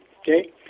Okay